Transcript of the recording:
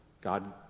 God